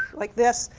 like this,